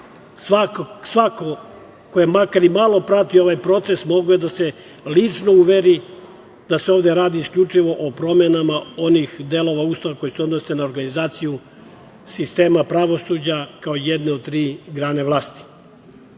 Svako ko je makar i malo pratio ovaj proces mogao je da se lično uveri da se ovde radi isključivo o promenama onih delova Ustava koji se odnose na organizaciju sistema pravosuđa, kao jedne od tri grane vlasti.U